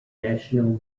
national